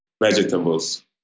Vegetables